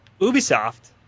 Ubisoft